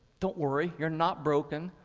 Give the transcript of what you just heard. don't worry, you're not broken.